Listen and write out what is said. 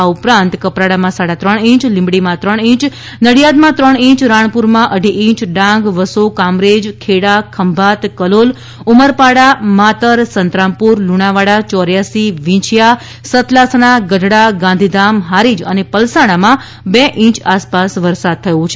આ ઉપરાંત કપરડામાં સાડા ત્રણ ઇંચ લીંબડીમાં ત્રણ ઇંચ નડીયાદમાં ત્રણ ઇંચ રાણપુરમાં અઢી છેય ડાંગ વસો કામરેજ ખેડા ખંભાત કલોલ ઉમરપાડા માતર સંતરામપુર લુણાવાડા ચોર્યાશી વીંછીયા સતલાસણા ગઢડા ગાંધીધામ હારીજ અને પલસાણામાં બે ઇંચ આસપાસ વરસાદ થયો છે